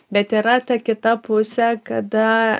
bet yra ta kita pusė kada